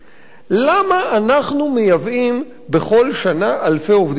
למה אנחנו מייבאים בכל שנה אלפי עובדים זרים?